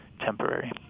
temporary